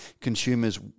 consumers